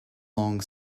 long